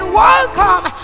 welcome